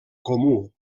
comú